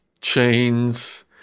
chains